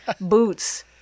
Boots